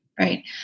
Right